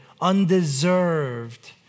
undeserved